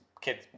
kids